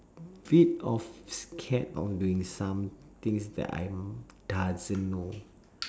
bit of scared of doing some things that I'm doesn't know